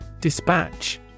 Dispatch